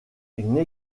une